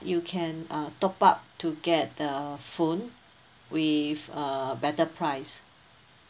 you can uh top up to get the phone with a better price